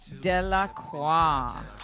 Delacroix